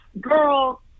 Girl